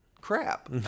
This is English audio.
crap